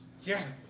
Yes